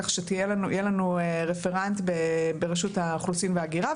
כך שיהיה לנו רפרנט ברשות האוכלוסין וההגירה,